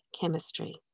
chemistry